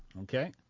Okay